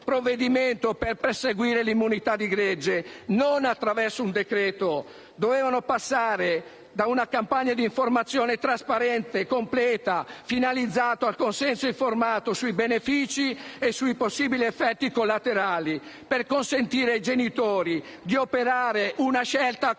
per perseguire l'immunità di gregge dovevano passare - non attraverso un decreto-legge - da una campagna di informazione trasparente e completa, finalizzata al consenso informato sui benefici e sui possibili effetti collaterali, per consentire ai genitori di operare una scelta